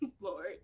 Lord